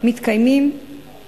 מתקיימים